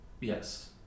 Yes